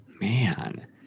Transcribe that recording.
Man